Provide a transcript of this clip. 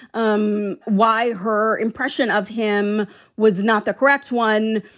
um why her impression of him was not the correct one,